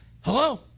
hello